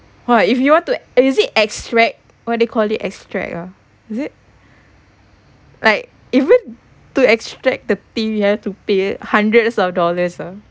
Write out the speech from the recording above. !wah! if you want to is it extract what do you call it extract ah is it like even to extract the teeth you have to pay hundreds of dollars ah